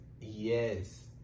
Yes